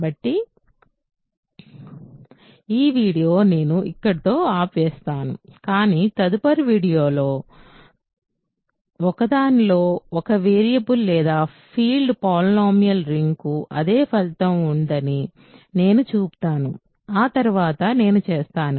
కాబట్టి నేను ఈ వీడియోను ఇక్కడ ఆపివేస్తాను కానీ తదుపరి వీడియోలో లేదా తదుపరి వీడియోలలో ఒకదానిలో ఒక వేరియబుల్ లేదా ఫీల్డ్లో పాలినామియల్ రింగ్కు అదే ఫలితం ఉందని నేను చూపుతాను ఆ తర్వాత నేను చేస్తాను